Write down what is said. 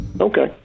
Okay